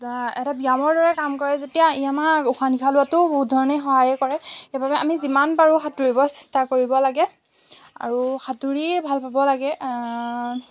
এটা ব্যায়ামৰ দৰে কাম কৰে যেতিয়া ই আমাৰ উশাহ নিশাহ লোৱাতো বহুত ধৰণে সহায়ো কৰে সেইবাবে আমি যিমান পাৰো সাঁতুৰিব চেষ্টা কৰিব লাগে আৰু সাঁতুৰিয়ে ভাল পাব লাগে